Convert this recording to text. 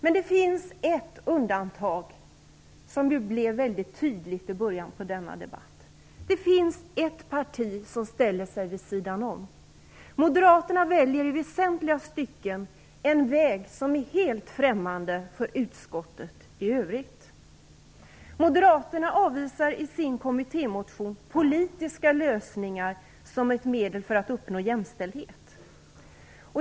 Men det finns ett undantag, som blev väldigt tydligt i början av denna debatt. Det finns ett parti som ställer sig vid sidan om. Moderaterna väljer i väsentliga stycken en väg som är helt främmande för utskottet i övrigt. Moderaterna avvisar i sin kommittémotion politiska lösningar som ett medel för att uppnå jämställdhet.